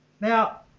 now